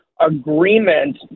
agreement